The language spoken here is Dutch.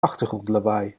achtergrondlawaai